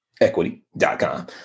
equity.com